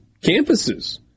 campuses